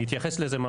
אני אתייחס לזה,